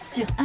Sur